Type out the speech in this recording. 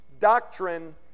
Doctrine